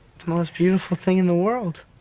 most beautiful thing in the world.